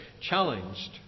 challenged